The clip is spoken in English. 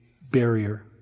barrier